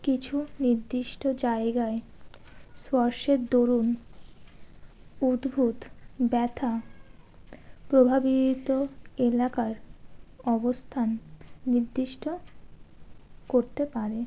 কিছু নির্দিষ্ট জায়গায় স্পর্শের দরুণ উদ্ভূত ব্যথা প্রভাবিত এলাকার অবস্থান নির্দিষ্ট করতে পারে